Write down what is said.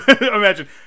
imagine